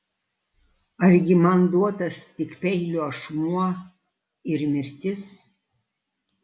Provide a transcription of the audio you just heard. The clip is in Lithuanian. argi man duotas tik peilio ašmuo ir mirtis